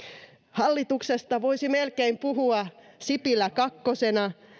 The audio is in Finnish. hallituksesta voisi melkein puhua sipilä kakkosena